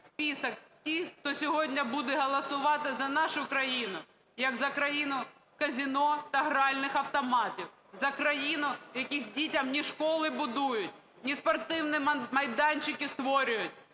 список тих, хто сьогодні буде голосувати за нашу країну, як за країну казино та гральних автоматів, за країну, в якій дітям ні школи будують, ні спортивні майданчики створюють,